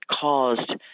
caused